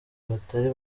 batari